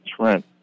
Trent